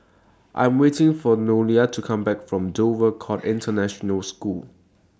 I Am waiting For Noelia to Come Back from Dover Court International School